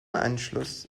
anschluss